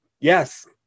Yes